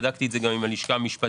בדקתי את זה גם עם הלשכה המשפטית.